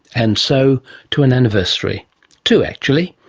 and so to an anniversary two actually.